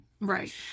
Right